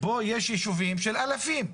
פה יש יישובים של אלפים.